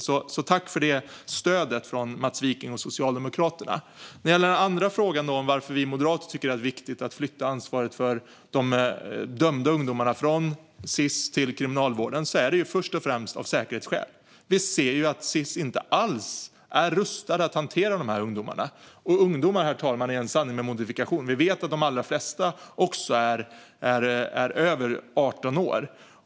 Jag vill tacka Mats Wiking och socialdemokraterna för stödet. Den andra frågan gällde varför vi moderater tycker att det är viktigt att flytta ansvaret för dömda ungdomar från Sis till Kriminalvården. Det är först och främst av säkerhetsskäl. Vi ser att Sis inte alls är rustad att hantera dessa ungdomar. "Ungdomar", herr talman, är en sanning med modifikation. Vi vet att de allra flesta är över 18 år.